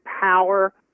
power